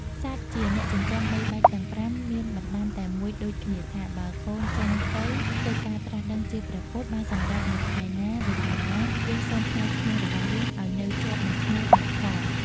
សត្វជាអ្នកចិញ្ចឹមបីបាច់ទាំង ៥ មានបណ្តាំតែមួយដូចគ្នាថា "បើកូនចេញទៅធ្វើការត្រាស់ដឹងជាព្រះពុទ្ធ បានសម្រេចនៅថ្ងៃណា វេលាណា យើងសូមផ្ញើឈ្មោះរបស់យើង ឲ្យនៅជាប់នឹងឈ្មោះអ្នកផង!”។